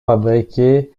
fabriqués